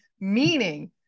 meaning